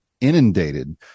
inundated